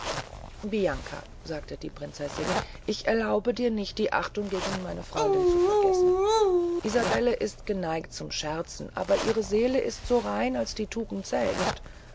bianca sagte die prinzessin ich erlaube dir nicht die achtung gegen meine freundin zu vergessen isabelle ist geneigt zum scherzen aber ihre seele ist so rein als die tugend selbst